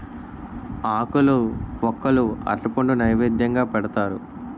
ఆకులు వక్కలు అరటిపండు నైవేద్యంగా పెడతారు